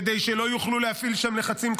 כדי שלא יוכלו להפעיל שם לחצים,